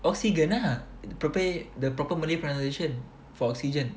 oksigen ah the proper the proper malay pronunciation for oxygen